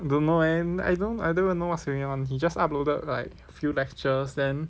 don't know eh I I don't even know what's going on he just uploaded like few lectures then